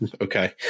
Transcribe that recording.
Okay